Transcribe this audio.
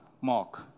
mark